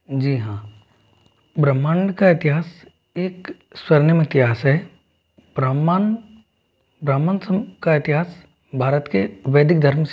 जी हाँ ब्रह्मांड का इतिहास एक स्वर्णिम इतिहास है ब्रह्मांड ब्रह्मांड का इतिहास भारत के वैदिक धर्म से